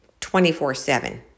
24-7